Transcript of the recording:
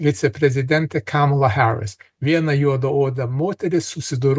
viceprezidentę kamalą harris viena juodaodė moteris susidoroja su kita